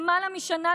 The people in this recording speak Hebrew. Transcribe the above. למעלה משנה,